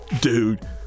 Dude